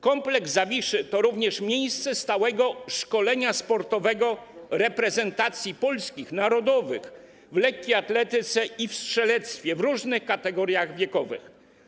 Kompleks Zawiszy to również miejsce stałego szkolenia sportowego reprezentacji polskich, narodowych w lekkoatletyce i w strzelectwie w różnych kategoriach wiekowych.